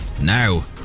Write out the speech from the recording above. now